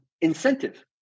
incentive